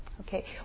Okay